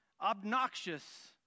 obnoxious